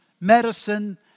medicine